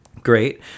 great